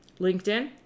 LinkedIn